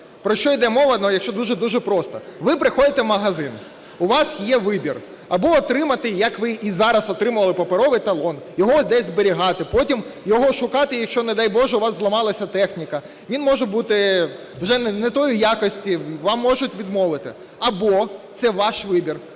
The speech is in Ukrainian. Про що йде мова, якщо дуже-дуже просто. Ви приходите в магазин, у вас є вибір або отримати, як ви і зараз отримували, паперовий талон, його десь зберігати, потім його шукати, якщо, не дай Боже, у вас зламалася техніка. Він може бути уже не тої якості, вам можуть відмовити. Або це ваш вибір: